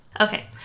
Okay